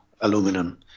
aluminum